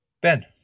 Ben